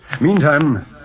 meantime